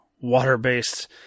water-based